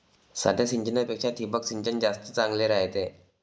साध्या सिंचनापेक्षा ठिबक सिंचन जास्त चांगले रायते